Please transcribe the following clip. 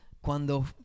cuando